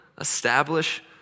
establish